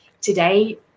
today